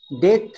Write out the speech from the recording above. Death